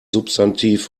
substantiv